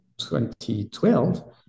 2012